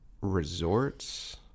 Resorts